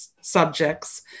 subjects